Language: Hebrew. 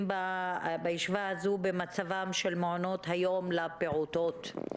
בישיבה הזו במצבם של מעונות היום לפעוטות.